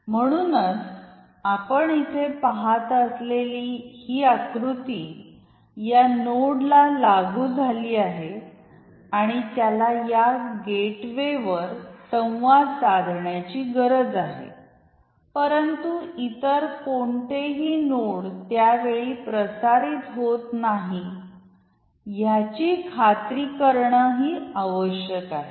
म्हणूनच आपण येथे पहात असलेली ही आक्रुती या नोडला लागू झाली आहे आणि त्याला या गेटवेवर संवाद साधण्याची गरज आहे परंतु इतर कोणतेही नोड त्यावेळी प्रसारित होत नाही याची खात्री करणेही आवश्यक आहे